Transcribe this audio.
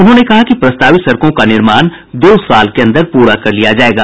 उन्होंने कहा कि प्रस्तावित सड़कों का निर्माण दो साल के अन्दर पूरा कर लिया जायेगा